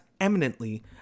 eminently